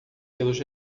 pelos